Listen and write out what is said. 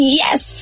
yes